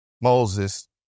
Moses